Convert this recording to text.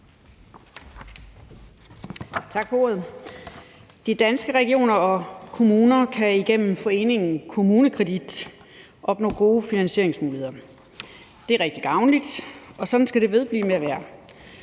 Tak for ordet. De danske regioner og kommuner kan igennem foreningen KommuneKredit opnå gode finansieringsmuligheder. Det er rigtig gavnligt, og sådan skal det vedblive med at være.